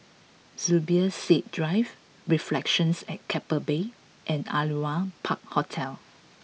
Zubir Said Drive Reflections at Keppel Bay and Aliwal Park Hotel